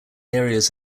areas